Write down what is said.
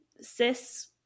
cis